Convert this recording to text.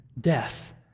death